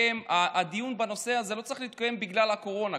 הדיון בנושא הזה לא צריך להתקיים בגלל הקורונה,